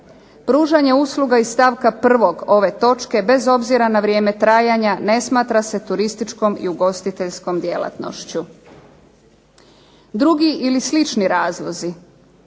Pružanje usluga iz stavka 1. ove točke bez obzira na vrijeme trajanja ne smatra se turističkom i ugostiteljskom djelatnošću. Drugi ili slični razlozi